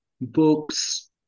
books